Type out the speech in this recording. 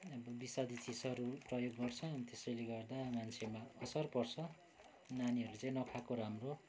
विषालु चिजहरू प्रयोग गर्छन् अनि त्यसैले गर्दा मान्छेहरूमा असर पर्छ नानीहरूले चाहिँ नखाएको राम्रो